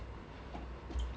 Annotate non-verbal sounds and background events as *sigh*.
*noise*